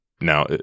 Now